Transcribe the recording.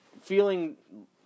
feeling